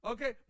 Okay